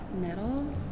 Metal